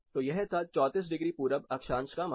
तो यह था 34 डिग्री पूरब अक्षांश का मामला